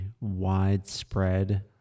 widespread